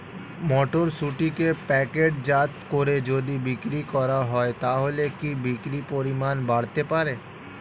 মটরশুটিকে প্যাকেটজাত করে যদি বিক্রি করা হয় তাহলে কি বিক্রি পরিমাণ বাড়তে পারে?